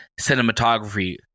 cinematography